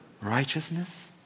righteousness